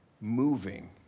moving